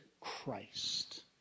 Christ